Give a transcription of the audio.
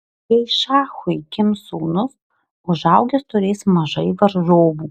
jei šachui gims sūnus užaugęs turės mažai varžovų